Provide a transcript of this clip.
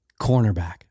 Cornerback